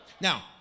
Now